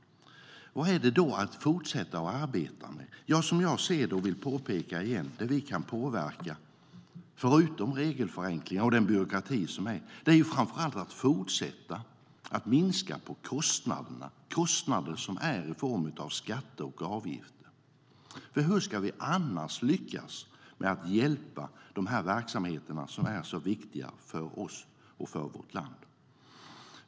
Vad finns det då att fortsätta arbeta med? Det vi kan påverka förutom förenkling av regler och byråkrati är, som jag ser det och återigen vill peka på, framför allt att fortsätta minska kostnaderna i form av skatter och avgifter. Hur ska vi annars lyckas med att hjälpa de här verksamheterna, som är så viktiga för oss och för vårt land?